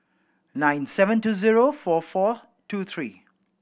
nine seven two zero four four two three